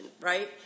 right